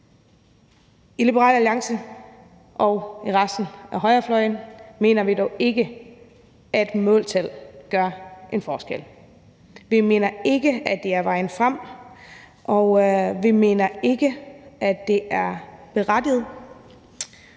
I Liberal Alliance og på resten af højrefløjen mener vi dog ikke, at måltal gør en forskel. Vi mener ikke, at det er vejen frem, og vi mener ikke, at det er berettiget.